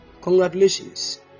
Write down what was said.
congratulations